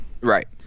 Right